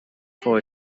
for